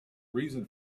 reason